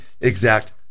exact